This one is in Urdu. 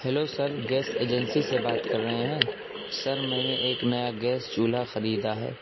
ہیلو سر گیس ایجنسی سے بات کر رہے ہیں سر میں نے ایک نیا گیس چولہا خریدا ہے